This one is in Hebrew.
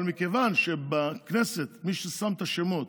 אבל מכיוון שבכנסת מי ששם את השמות